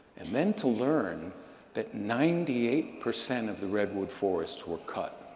and then to learn that ninety eight percent of the redwood forests were cut.